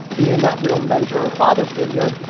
being that real mentor or a father figure.